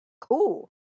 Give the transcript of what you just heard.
Cool